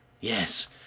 Yes